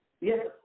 Yes